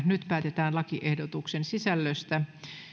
nyt päätetään lakiehdotuksen sisällöstä